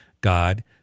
God